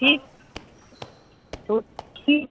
ठीक तो ठीक